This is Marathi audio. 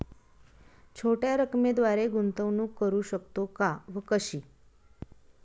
छोट्या रकमेद्वारे गुंतवणूक करू शकतो का व कशी?